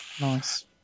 Nice